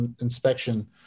inspection